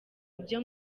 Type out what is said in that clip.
ibyo